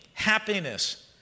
Happiness